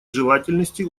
желательности